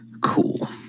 Cool